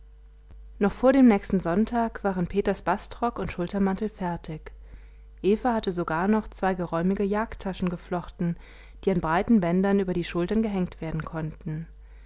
noch vor dem nächsten sonntag waren peters bastrock und schultermantel fertig eva hatte sogar noch zwei geräumige jagdtaschen geflochten die an breiten bändern über die schultern gehängt werden konnten